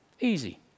Easy